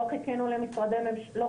לא חיכינו לתקציב,